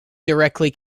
directly